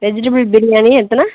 vegetable biryani எத்தனை